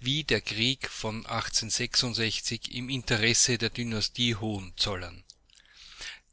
wie der krieg vom im interesse der dynastie hohenzollern